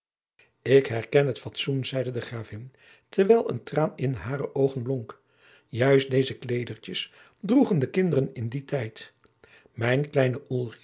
ik herken het fatsoen zeide de gravin terwijl een traan in hare oogen blonk juist zulke kleedertjes droegen de kinderen in dien tijd mijn kleine